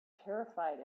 terrified